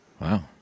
Wow